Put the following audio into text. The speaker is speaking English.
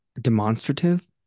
Demonstrative